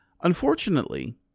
Unfortunately